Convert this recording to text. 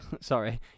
Sorry